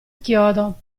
chiodo